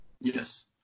Yes